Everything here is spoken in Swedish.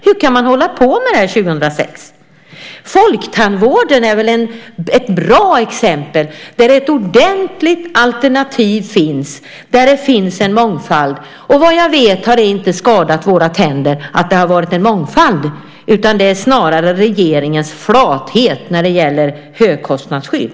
Hur kan man hålla på med det här 2006? Folktandvården är väl ett bra exempel, där ett ordentligt alternativ finns, där det finns en mångfald. Vad jag vet har det inte skadat våra tänder att det har varit en mångfald. Det är snarare regeringens flathet när det gäller högkostnadsskydd.